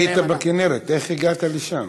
היית בכינרת, איך הגעת לשם?